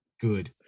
Good